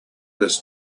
this